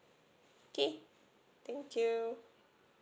okay thank you